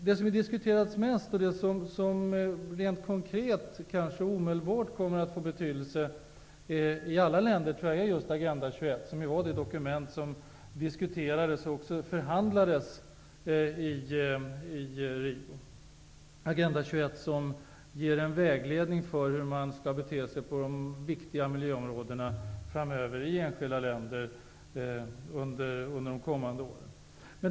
Det som har diskuterats mest och som rent konkret omedelbart kommer att få betydelse i alla länder är just Agenda 21, som också förhandlades fram i Rio. Agenda 21 ger vägledning för hur man skall bete sig på de viktiga miljöområdena i de enskilda länderna under de kommande åren.